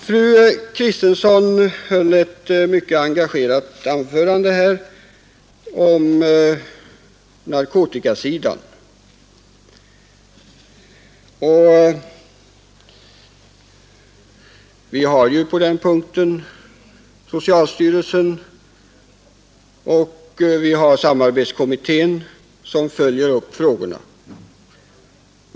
Fru Kristensson höll ett mycket engagerat anförande om narkotikasidan, På det området har vi socialstyrelsen och samarbetskommittén som följer upp frågorna.